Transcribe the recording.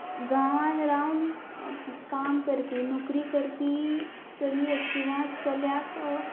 गांवांत रावन काम करपी नोकरी करपी चलयेक किंवा चलयाक